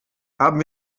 haben